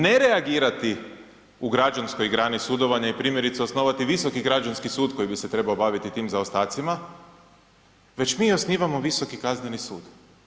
Ne reagirati u građanskoj grani sudovanja i primjerice osnovati Visoki građanski sud koji bi se trebao baviti tim zaostacima, već mi osnivamo Visoki kazneni sud.